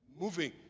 Moving